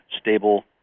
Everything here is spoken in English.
stable